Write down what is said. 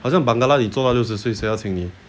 好像 bangla 你做到六十岁谁要请你